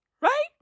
Right